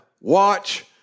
Watch